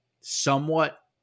somewhat